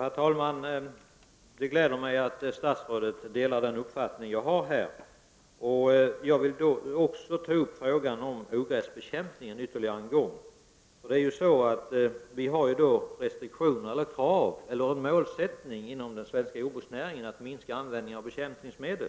Herr talman! Det gläder mig att statsrådet delar den uppfattning jag har. Jag vill ytterligare en gång ta upp frågan om ogräsbekämpningen. Vi har inom den svenska jordbruksnäringen målsättningen att minska användningen av bekämpningsmedel.